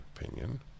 opinion